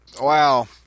Wow